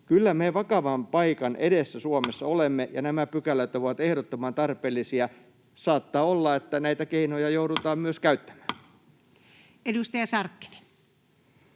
kyllä me vakavan paikan edessä Suomessa olemme, ja nämä pykälät ovat ehdottoman tarpeellisia. Saattaa olla, että näitä keinoja joudutaan myös käyttämään.